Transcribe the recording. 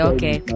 Okay